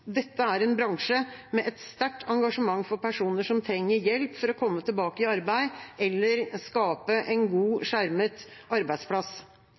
er en bransje med et sterkt engasjement for personer som trenger hjelp for å komme tilbake i arbeid eller skape en god skjermet arbeidsplass.»